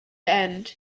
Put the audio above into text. end